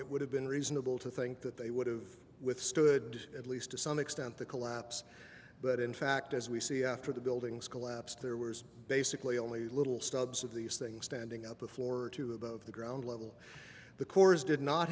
it would have been reasonable to think that they would have withstood at least to some extent the collapse but in fact as we see after the buildings collapsed there was basically only little stubs of these things standing up the floor to above the ground level the cores did not